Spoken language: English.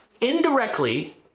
Indirectly